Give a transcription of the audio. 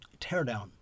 teardown